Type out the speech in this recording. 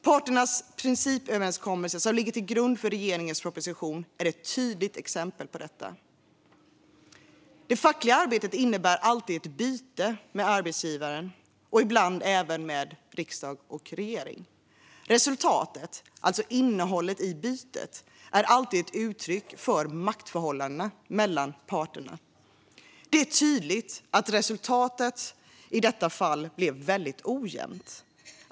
Parternas principöverenskommelse, som ligger till grund för regeringens proposition, är ett tydligt exempel på detta. Det fackliga arbetet innebär alltid ett byte med arbetsgivaren och ibland även med riksdag och regering. Resultatet, alltså innehållet i bytet, är alltid ett uttryck för maktförhållandena mellan parterna. Det är tydligt att resultatet i detta fall blev väldigt ojämnt.